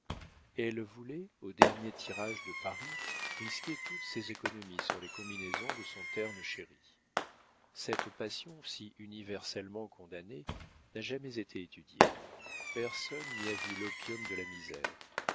elle voulait au dernier tirage de paris risquer toutes ses économies sur les combinaisons de son terne chéri cette passion si universellement condamnée n'a jamais été étudiée personne n'y a vu l'opium de la misère